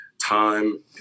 time